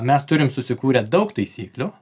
mes turim susikūrę daug taisyklių